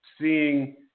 seeing